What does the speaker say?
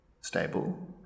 stable